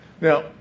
Now